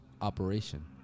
operation